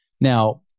Now